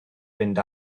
fynd